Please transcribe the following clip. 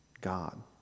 God